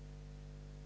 Hvala.